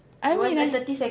I mean I